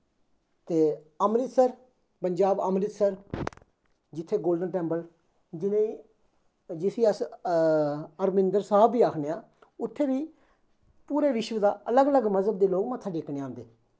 ते अमृतसर पंजाब अमृतसर जित्थे golden temple जिनेंगी जिसी अस हरमिंदर साह्ब बी आखने आं उत्थें बी पूरे विश्व दा अलग अलग मजहब दे लोक मत्था टेकन आंदे